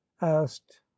asked